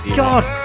god